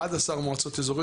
16,000 תושבים ומעלה,